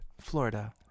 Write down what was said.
Florida